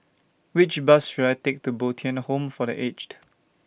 Which Bus should I Take to Bo Tien Home For The Aged